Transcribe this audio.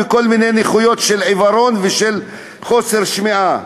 וכל מיני נכויות של עיוורון ושל חוסר שמיעה.